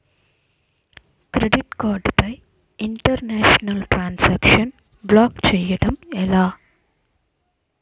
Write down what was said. Credit card పై international transaction block చేయటం ఎలా?